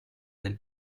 del